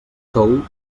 tou